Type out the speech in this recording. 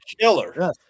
Killer